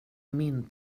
min